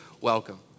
welcome